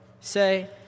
Say